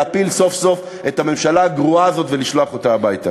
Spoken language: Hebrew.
להפיל סוף-סוף את הממשלה הגרועה הזאת ולשלוח אותה הביתה.